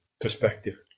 perspective